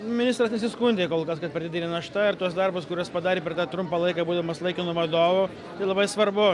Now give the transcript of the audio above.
ministras nesiskundė kol kas kad per didelė našta ir tuos darbus kuriuos padarė per tą trumpą laiką būdamas laikinu vadovu tai labai svarbu